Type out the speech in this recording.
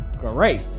great